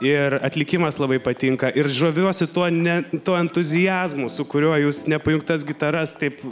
ir atlikimas labai patinka ir žaviuosi tuo ne tuo entuziazmu su kuriuo jūs nepajungtas gitaras taip